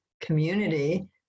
community